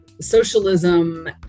socialism